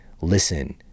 listen